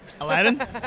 Aladdin